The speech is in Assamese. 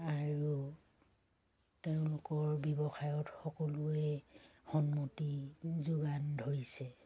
আৰু তেওঁলোকৰ ব্যৱসায়ত সকলোৱে সন্মতি যোগান ধৰিছে